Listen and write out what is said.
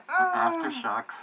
Aftershocks